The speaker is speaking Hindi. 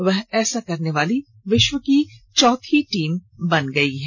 वह ऐसा करने वाली विश्व की चौथी टीम बन गई है